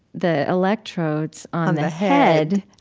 the electrodes on the head,